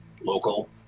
local